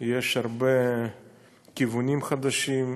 יש הרבה כיוונים חדשים,